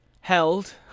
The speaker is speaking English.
held